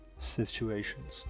situations